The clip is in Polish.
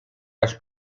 raz